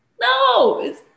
No